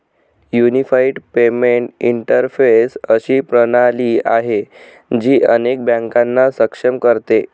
unified payment interface अशी प्रणाली आहे, जी अनेक बँकांना सक्षम करते